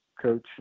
coach